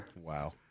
Wow